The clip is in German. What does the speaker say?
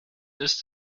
ist